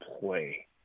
play